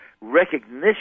recognition